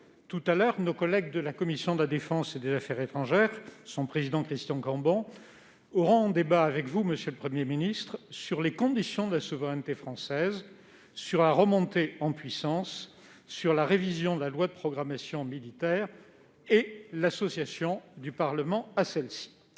tout à l'heure, nos collègues de la commission de la défense et des affaires étrangères, et son président, Christian Cambon, débattront avec vous, monsieur le Premier ministre, sur les conditions de la souveraineté française, sur sa remontée en puissance, sur la révision de la loi de programmation militaire et l'association du Parlement à celle-ci.